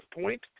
point